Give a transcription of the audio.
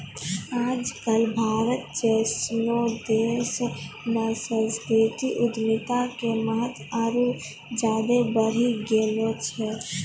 आज कल भारत जैसनो देशो मे सांस्कृतिक उद्यमिता के महत्त्व आरु ज्यादे बढ़ि गेलो छै